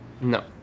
No